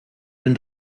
denn